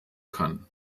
kann